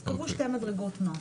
קבעו שתי מדרגות מס.